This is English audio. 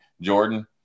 Jordan